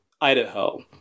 Idaho